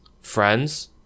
friends